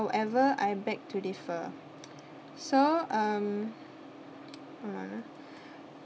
~ever I beg to defer so um hold on ah